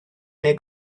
neu